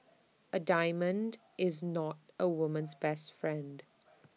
A diamond is not A woman's best friend